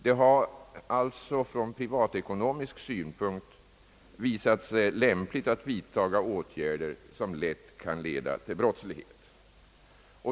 Det har alltså från privatekonomisk synpunkt visat sig lämpligt att vidtaga åtgärder, som lätt kan leda till brottslighet.